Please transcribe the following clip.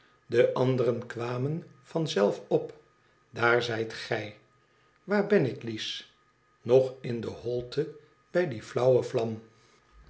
de anderen kwamen van zelf op daar zijt gij waar ben ik lies nog in de holte bij die flauwe vlam